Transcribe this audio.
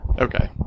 Okay